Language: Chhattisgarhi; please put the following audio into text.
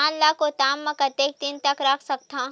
धान ल गोदाम म कतेक दिन रख सकथव?